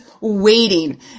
waiting